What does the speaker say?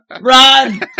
run